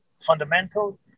fundamental